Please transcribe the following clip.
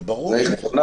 זה ברור ------ לשים.